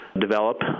develop